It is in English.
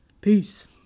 Peace